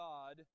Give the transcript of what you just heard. God